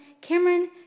Cameron